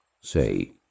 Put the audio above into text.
Say